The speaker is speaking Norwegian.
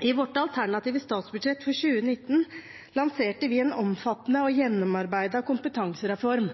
I vårt alternative statsbudsjett for 2019 lanserte vi en omfattende og gjennomarbeidet kompetansereform